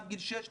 עד גיל 6,